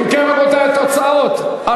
ההצעה להעביר את הצעת חוק למניעת הסתננות